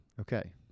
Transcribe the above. Okay